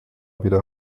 wieder